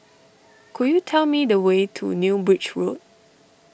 could you tell me the way to New Bridge Road